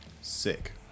Sick